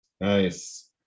nice